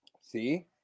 See